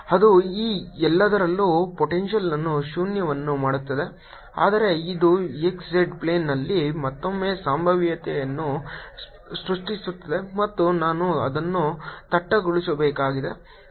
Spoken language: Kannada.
ಅದು ಈ ಎಲ್ಲದರಲ್ಲೂ ಪೊಟೆಂಶಿಯಲ್ಅನ್ನು ಶೂನ್ಯವನ್ನು ಮಾಡುತ್ತದೆ ಆದರೆ ಇದು xz ಪ್ಲೇನ್ನಲ್ಲಿ ಮತ್ತೊಮ್ಮೆ ಸಂಭಾವ್ಯತೆಯನ್ನು ಸೃಷ್ಟಿಸುತ್ತದೆ ಮತ್ತು ನಾನು ಅದನ್ನು ತಟಸ್ಥಗೊಳಿಸಬೇಕಾಗಿದೆ